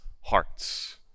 hearts